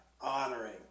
honoring